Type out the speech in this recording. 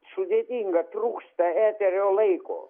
sudėtinga trūksta eterio laiko